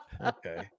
Okay